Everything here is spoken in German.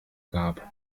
gab